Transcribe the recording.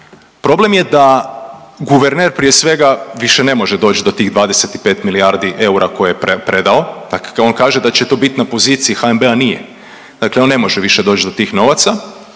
Problem je da guverner prije svega više ne može doći do tih 25 milijardi eura koje je predao. Dakle, on kaže da će to biti na poziciji HNB-a nije, dakle on ne može više doći do tih novaca.